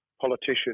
politician